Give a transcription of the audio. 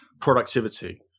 productivity